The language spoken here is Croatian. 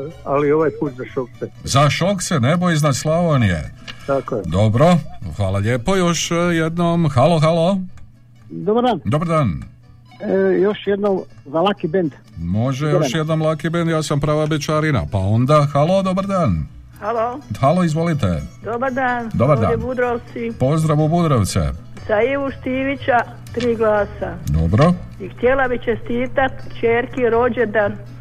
Ali ovaj put za Šokce. Za Šokce, nebo iznad Slavonije. Tako je. Dobro, hvala lijepo, još, eh, jednom, halo, halo. Dobar dan. Dobar dan. Eh, još jednom za Lucky Band. Može, Dobar dan. još jednom Lucky Band, ja sam prava bećarina, pa onda, halo, dobar dan. Halo. Halo, izvolite. Dobar dan. Dobar Ovdje dan. Budrovci. Pozdrav u Budrovce. Sa Ivu Štivića, tri glasa. Dobro. I htjela bi čestitati kćerki rođendan.